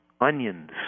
onions